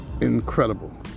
incredible